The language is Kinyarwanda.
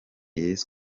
yesu